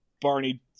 Barney